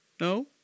No